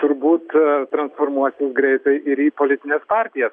turbūt transformuosis greitai ir į politines partijas